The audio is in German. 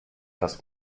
fast